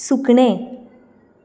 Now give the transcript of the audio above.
सुकणें